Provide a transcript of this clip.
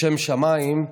לשם שמיים,